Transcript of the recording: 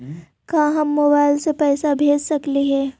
का हम मोबाईल से पैसा भेज सकली हे?